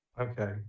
Okay